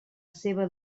seva